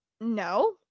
No